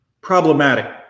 problematic